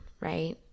right